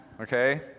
okay